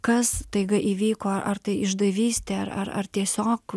kas staiga įvyko ar tai išdavystė ar ar ar tiesiog